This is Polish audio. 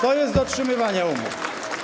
To jest dotrzymywanie umów.